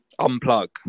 Unplug